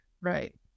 Right